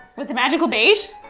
with the magical beige?